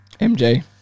MJ